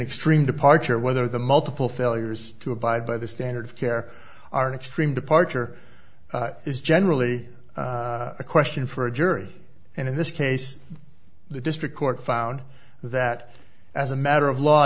extreme departure whether the multiple failures to abide by the standard of care are extreme departure is generally a question for a jury and in this case the district court found that as a matter of law